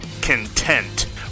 content